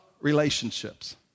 relationships